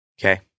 okay